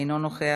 אינו נוכח,